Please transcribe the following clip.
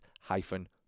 hyphen